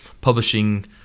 publishing